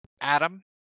Adam